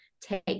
take